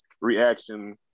reaction